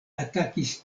atakis